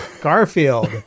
Garfield